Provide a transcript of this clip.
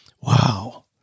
Wow